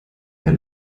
wir